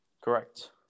Correct